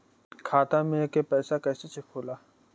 खाता में के पैसा कैसे चेक होला?